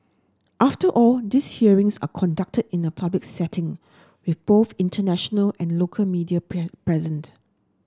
after all these hearings are conducted in a public setting with both international and local media present